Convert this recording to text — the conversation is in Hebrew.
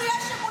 תמשיך.